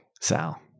Sal